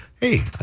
hey